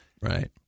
Right